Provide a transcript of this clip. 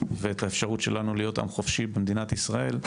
ואת האפשרות שלנו להיות עם חופשי במדינת ישראל,